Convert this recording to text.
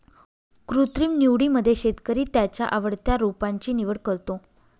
कृत्रिम निवडीमध्ये शेतकरी त्याच्या आवडत्या रोपांची निवड करतो